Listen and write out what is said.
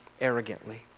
arrogantly